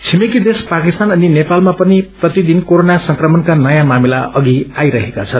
छिमेकी देश पाकिस्तान अनि नेपालमा पनि प्रतिदिन कोराना संक्रमणका नयाँ मामिला अघि आइरहेका छन्